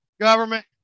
government